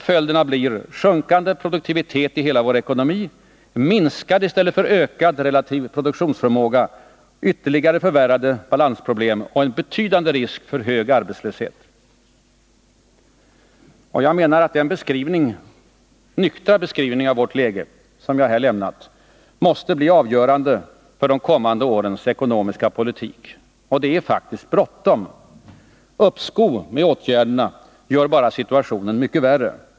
Följden blir sjunkande produktivitet i hela ekonomin, minskad i stället för ökad relativ produktionskapacitet, ytterligare förvärrade balansproblem och en betydande risk för hög arbetslöshet. Den nyktra beskrivning av vårt läge som jag här har lämnat måste bli avgörande för de kommande årens ekonomiska politik. Och det är faktiskt bråttom. Uppskov med åtgärderna gör bara situationen värre.